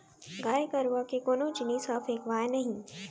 गाय गरूवा के कोनो जिनिस ह फेकावय नही